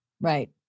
Right